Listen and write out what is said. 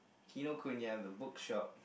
Kinokuniya the book shop